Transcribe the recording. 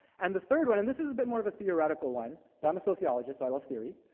and the third one, and this is a bit more of a theoretical one, but i'm a sociologist, so i love theory.